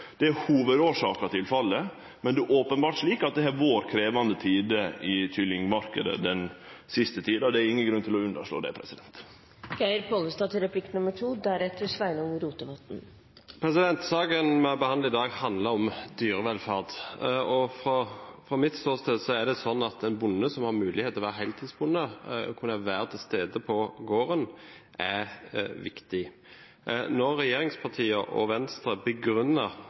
Det er hovudårsaka til fallet, men det er openbert slik at det har vore krevjande tider for kyllingmarknaden den siste tida, det er ingen grunn til å underslå det. Saken vi behandler i dag, handler om dyrevelferd, og fra mitt ståsted er det sånn at det er viktig at en bonde har mulighet til å være heltidsbonde og kunne være til stede på gården. Når regjeringspartiene og Venstre